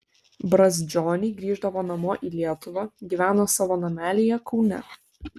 brazdžioniai grįždavo namo į lietuvą gyveno savo namelyje kaune